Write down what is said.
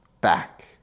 back